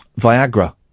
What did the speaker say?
viagra